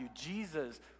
Jesus